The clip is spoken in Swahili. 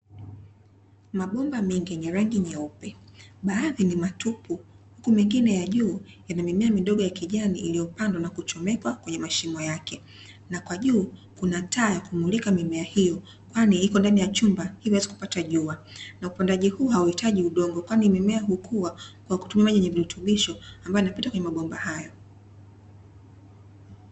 mabomba mengi yenye rangi nyeupe, baadhi ni matupu huku mengine ya juu yana mimea ya kijani iliyopandwa na kuchomekwa kwenye mashimo yake, na kwa juu kuna taa ya kumulika mimea hiyo kwani ipo ndani ya chumba ili isiweze kupata jua na upandaji huu kwani hauhitaji udongo, kwani mimea hukua kwa kutumia maji yenye virutubisho ambayo hupita kwenye mabomba hayo.